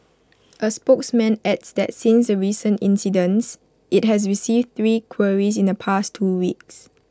A spokesman adds that since the recent incidents IT has received three queries in the past two weeks